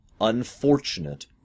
unfortunate